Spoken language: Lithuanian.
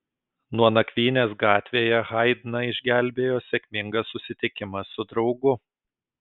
nuo nakvynės gatvėje haidną išgelbėjo sėkmingas susitikimas su draugu